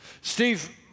Steve